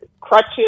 crutches